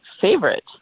favorite